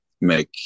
make